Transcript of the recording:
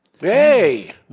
Hey